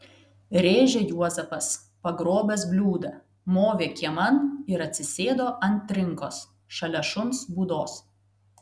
rėžė juozapas pagrobęs bliūdą movė kieman ir atsisėdo ant trinkos šalia šuns būdos